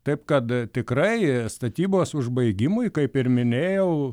taip kad tikrai statybos užbaigimui kaip ir minėjau